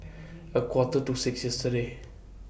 A Quarter to six yesterday